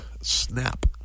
Snap